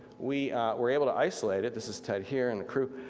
we were able to isolate it, this is ted here and the crew,